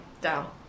Down